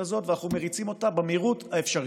הזאת ואנחנו מריצים אותה במהירות האפשרית.